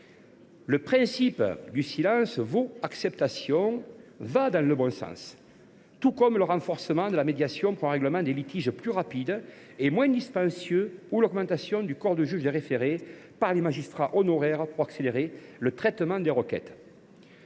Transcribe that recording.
Le principe du silence valant acceptation va dans le bon sens, tout comme le renforcement de la médiation pour un règlement des litiges plus rapide et moins dispendieux ou l’augmentation du corps des juges des référés par l’intégration de magistrats honoraires pour accélérer le traitement des requêtes.